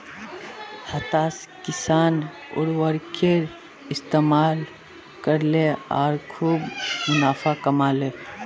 हताश किसान उर्वरकेर इस्तमाल करले आर खूब मुनाफ़ा कमा ले